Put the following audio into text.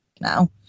now